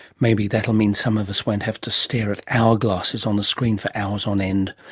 maybe that will mean some of us won't have to stare at hourglasses on the screen for hours on end.